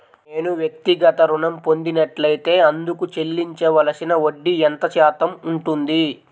నేను వ్యక్తిగత ఋణం పొందినట్లైతే అందుకు చెల్లించవలసిన వడ్డీ ఎంత శాతం ఉంటుంది?